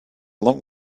long